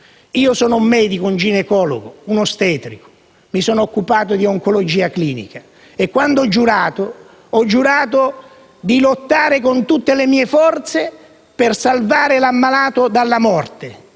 Io sono un medico, e precisamente un ginecologo e ostetrico e, mi sono occupato di oncologia clinica. Quando ho fatto il giuramento, ho giurato di lottare con tutte le mie forze per salvare l'ammalato dalla morte.